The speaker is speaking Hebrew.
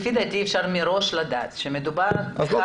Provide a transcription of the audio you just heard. לפי דעתי, אפשר לדעת מראש שמדובר בכך